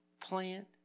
plant